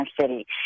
city